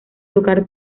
tocar